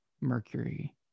Mercury